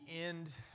end